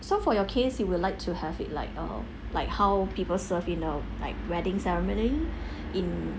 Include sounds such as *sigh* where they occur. so for your case you would like to have it like uh like how people serve in a like wedding ceremony *breath* in